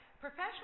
Professional